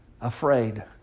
afraid